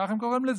כך הם קוראים לזה.